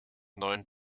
neuen